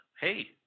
hey